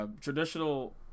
Traditional